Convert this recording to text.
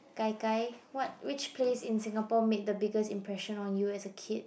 gai-gai what which place in Singapore made the biggest impression on you as a kid